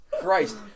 Christ